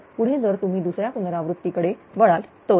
तर पुढे जर तुम्ही दुसऱ्या पुनरावृत्ती कडे वळाल तर